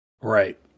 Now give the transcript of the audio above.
Right